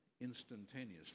instantaneously